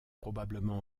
probablement